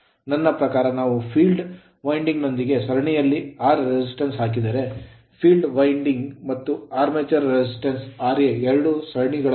ನನ್ನ ಪ್ರಕಾರ ನಾವು field winding ಫೀಲ್ಡ್ ವೈಂಡಿಂಗ್ ನೊಂದಿಗೆ ಸರಣಿಯಲ್ಲಿ R resistance ಪ್ರತಿರೋಧವನ್ನು ಹಾಕಿದರೆ field winding ಫೀಲ್ಡ್ ವೈಂಡಿಂಗ್ ಮತ್ತು armature resistance armature resistance ra ಎರಡೂ ಸರಣಿಗಳಲ್ಲಿವೆ